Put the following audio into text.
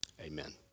amen